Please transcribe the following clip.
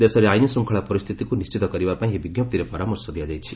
ଦେଶରେ ଆଇନ୍ ଶୂଙ୍ଖଳା ପରିସ୍ଥିତିକୁ ନିଣ୍ଚିତ କରିବା ପାଇଁ ଏହି ବିଜ୍ଞପ୍ତିରେ ପରାମର୍ଶ ଦିଆଯାଇଛି